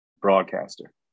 broadcaster